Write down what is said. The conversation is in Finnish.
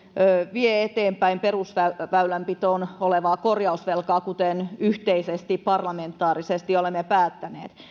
vie eteenpäin perusväylänpitoon olevaa korjausvelkaa kuten yhteisesti parlamentaarisesti olemme päättäneet